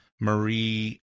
Marie